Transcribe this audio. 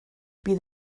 bydd